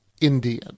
Indian